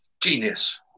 genius